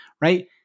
Right